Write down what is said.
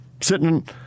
Sitting